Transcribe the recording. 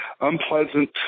Unpleasant